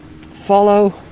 follow